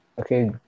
okay